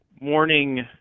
Morning